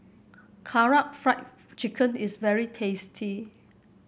Karaage Fried Chicken is very tasty